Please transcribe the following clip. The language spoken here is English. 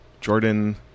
Jordan